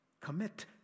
Commit